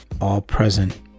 all-present